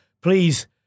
please